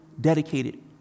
dedicated